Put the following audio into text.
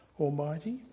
Almighty